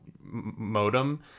modem